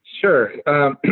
Sure